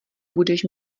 budeš